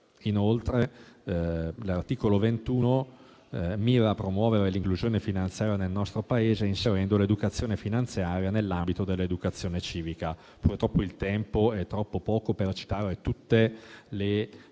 Inoltre, l'articolo 21 mira a promuovere l'inclusione finanziaria nel nostro Paese inserendo l'educazione finanziaria nell'ambito dell'educazione civica. Purtroppo il tempo è troppo poco per citare tutte le